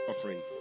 offering